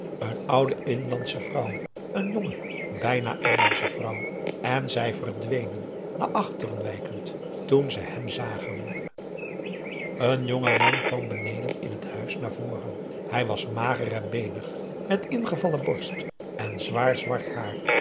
een oude inlandsche vrouw een jonge bijna inlandsche vrouw aum boe akar eel en zij verdwenen naar achteren wijkend toen ze hem zagen een jonge man kwam beneden in het huis naar voren hij was mager en beenig met ingevallen borst en zwaar zwart haar